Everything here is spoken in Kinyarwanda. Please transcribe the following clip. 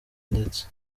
ndetse